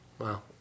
Wow